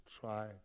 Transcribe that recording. try